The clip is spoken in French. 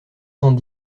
cent